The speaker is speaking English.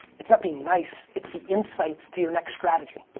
it's not being nice, it's the insights to your next strategy.